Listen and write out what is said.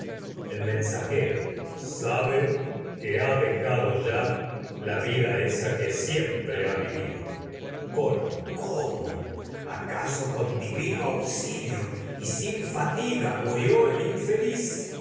el infeliz mensajero sabe que ha dejado ya la vida esa que siempre ha vivido coro cómo acaso con divino auxilio y sin fati ga el infeliz